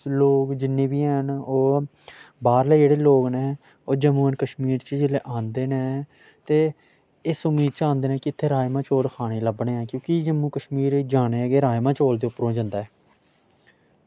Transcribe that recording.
ते लोग जिन्ने बी हैन ओह् बाह्रले जेह्ड़े लोग न ओह् जम्मू एंड कश्मीर च जेल्लै आंदे न ते इस उम्मीद च आंदे न कि उस्सी राजमाह् चौल खाने गी लब्भने न कि जम्मू कश्मीर जानेआ गै राजमाह् चौल उप्परा गै जंदा ऐ